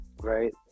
right